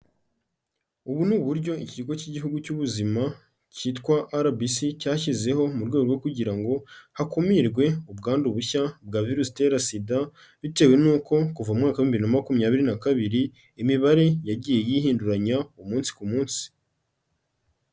Ubu ni uburyo ikigo cy'Igihugu cy'Ubuzima cyitwa RBC cyashyizeho mu rwego kugira ngo hakumirwe ubwandu bushya bwa virusi itera SIDA, bitewe n'uko kuva mu mwaka w'ibihumbi bibiri na makumyabiri na kabiri imibare yagiye yihinduranya umunsi ku munsi.